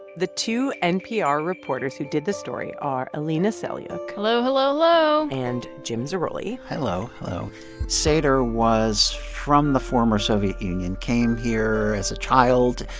the two npr reporters who did this story are alina selyukh hello, hello, hello and jim zarroli hello, hello sater was from the former soviet union, came here as a child,